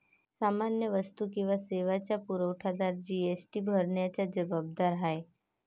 सामान्य वस्तू किंवा सेवांचा पुरवठादार जी.एस.टी भरण्यास जबाबदार आहे